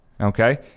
Okay